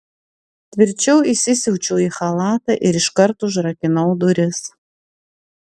tvirčiau įsisiaučiau į chalatą ir iškart užrakinau duris